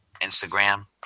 Instagram